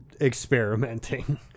experimenting